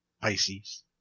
Pisces